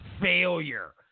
failure